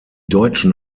deutschen